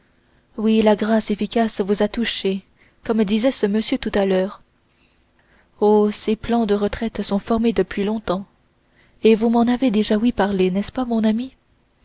oui la grâce efficace vous a touché comme disait ce monsieur tout à l'heure oh ces plans de retraite sont formés depuis longtemps et vous m'en avez déjà ouï parler n'est-ce pas mon ami